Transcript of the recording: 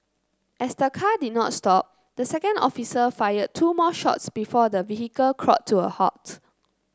as the car did not stop the second officer fired two more shots before the vehicle crawled to a halt